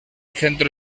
centro